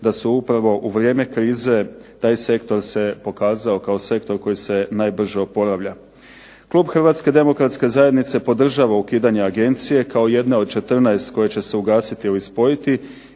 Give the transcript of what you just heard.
da se upravo u vrijeme krize taj sektor se pokazao kao sektor koji se najbrže oporavlja. Klub Hrvatske demokratske zajednice podržava ukidanje agencije kao jedne od 14 koje će se ugasiti ili spojiti